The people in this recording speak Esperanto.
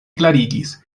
klarigis